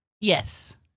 Yes